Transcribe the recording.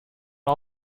all